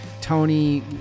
Tony